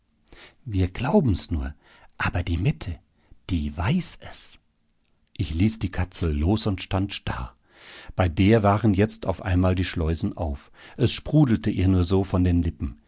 wir glauben's nur aber die mette die weiß es ich ließ die katzel los und stand starr bei der waren jetzt auf einmal die schleusen auf es sprudelte ihr nur so von den lippen